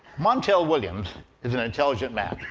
montel williams is an intelligent man.